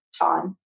time